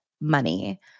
money